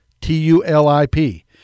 T-U-L-I-P